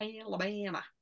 Alabama